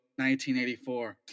1984